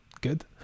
good